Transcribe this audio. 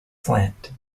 slant